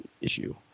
issue